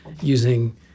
using